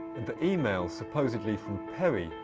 and the email, supposedly from perry,